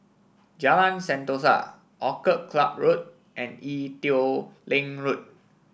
Jalan Sentosa Orchid Club Road and Ee Teow Leng Road